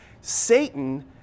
Satan